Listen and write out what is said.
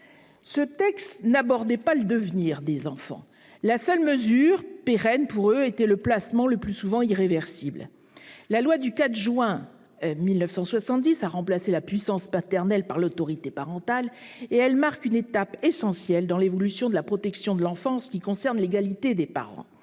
Mais il n'abordait pas le devenir des enfants. La seule mesure pérenne pour eux était le placement, le plus souvent irréversible. La loi du 4 juin 1970 a remplacé la puissance paternelle par l'autorité parentale. Elle marque une étape essentielle dans l'évolution de la protection de l'enfant en ce qu'elle consacre l'égalité des parents.